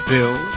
Bill